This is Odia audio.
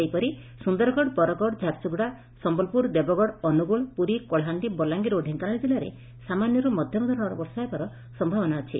ସେହିପରି ସୁନ୍ଦରଗଡ଼ ବରଗଡ଼ ଝାରସୁଗୁଡ଼ା ସମ୍ମଲପୁର ଦେବଗଡ଼ ଅନୁଗୁଳ ପୁରୀ କଳାହାଣ୍ଡି ବଲାଙ୍ଗିର ଓ ଢେଙ୍କାନାଳ ଜିଲ୍ଲାରେ ସାମାନ୍ୟରୁ ମଧ୍ଧମ ଧରଣର ବର୍ଷା ହେବାର ସୟାବନା ଅଛି